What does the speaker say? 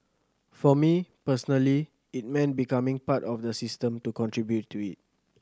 for me personally it meant becoming part of the system to contribute to it